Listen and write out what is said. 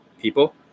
people